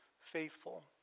faithful